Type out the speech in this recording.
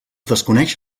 desconeix